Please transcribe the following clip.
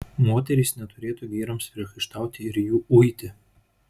moterys neturėtų vyrams priekaištauti ir jų uiti